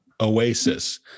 Oasis